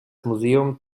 museum